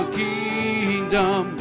kingdom